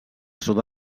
sud